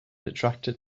attracted